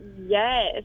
yes